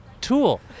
tool